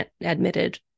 admitted